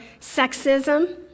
sexism